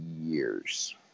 years